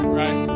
right